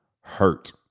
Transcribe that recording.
hurt